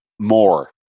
more